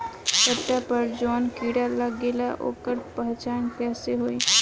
पत्ता पर जौन कीड़ा लागेला ओकर पहचान कैसे होई?